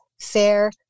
fair